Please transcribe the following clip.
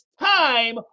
time